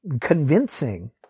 convincing